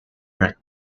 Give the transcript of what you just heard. rate